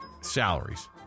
salaries